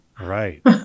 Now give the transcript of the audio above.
Right